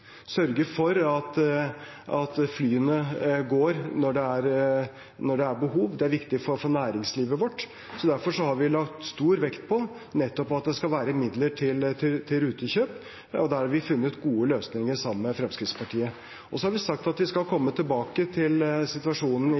sørge for at flyene går når det er behov. Det er viktig for næringslivet vårt. Derfor har vi lagt stor vekt på nettopp at det skal være midler til rutekjøp, og der har vi funnet gode løsninger sammen med Fremskrittspartiet. Så har vi sagt at vi skal komme tilbake til situasjonen i